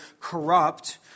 corrupt